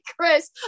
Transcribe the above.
chris